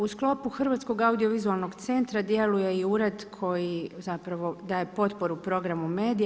U sklopu Hrvatskog audiovizualnog centra djeluje i ured koji zapravo daje potporu programu medija.